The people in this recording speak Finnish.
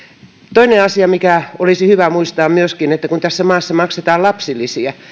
toinen asia mikä olisi hyvä muistaa myöskin on että kun tässä maassa maksetaan lapsilisiä